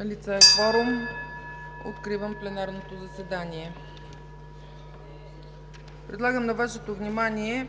(Звъни.) Откривам пленарното заседание. Предлагам на Вашето внимание